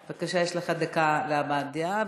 בבקשה, יש לך דקה להבעת דעה.